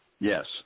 Yes